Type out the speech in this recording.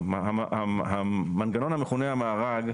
המנגנון המכונה "המארג",